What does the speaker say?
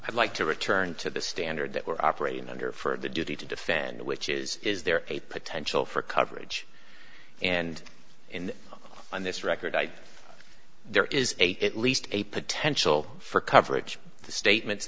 i'd like to return to the standard that we're operating under for the duty to defend which is is there a potential for coverage and in on this record i there is a at least a potential for coverage the statements